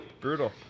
Brutal